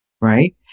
right